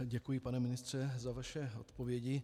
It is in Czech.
Děkuji, pane ministře za vaše odpovědi.